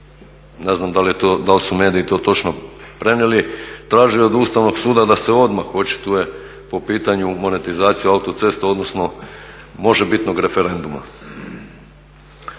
ne znam da li su mediji to točno prenijeli traži od Ustavnog suda se odmah očituje po pitanju monetizacije autocesta, odnosno možebitnog referenduma.